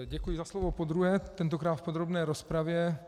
Děkuji za slovo podruhé, tentokrát v podrobné rozpravě.